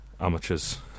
Amateurs